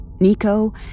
Nico